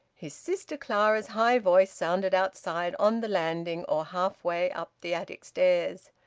his sister clara's high voice sounded outside, on the landing, or half-way up the attic stairs.